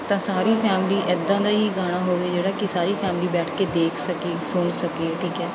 ਤਾਂ ਸਾਰੀ ਫੈਮਿਲੀ ਇੱਦਾਂ ਦਾ ਹੀ ਗਾਣਾ ਹੋਵੇ ਜਿਹੜਾ ਕਿ ਸਾਰੀ ਫੈਮਿਲੀ ਬੈਠ ਕੇ ਦੇਖ ਸਕੇ ਸੁਣ ਸਕੇ ਠੀਕ ਹੈ